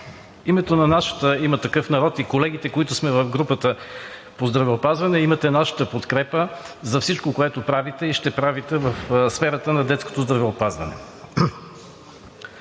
името на „Има такъв народ“ и от колегите, които сме в групата по здравеопазване, имате нашата подкрепа за всичко, което правите и ще правите в сферата на детското здравеопазване.